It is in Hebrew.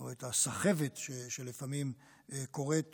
או את הסחבת שלפעמים קורית